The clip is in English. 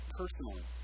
personally